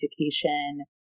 education